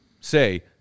say